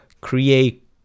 create